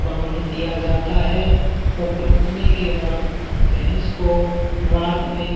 बाँध दिया जाता है और बाँधने के बाद भैंस को रात में